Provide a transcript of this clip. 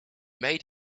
made